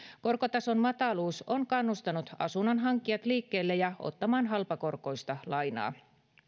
korkotason mataluus on kannustanut asunnonhankkijat liikkeelle ja ottamaan halpakorkoista lainaa